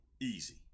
Easy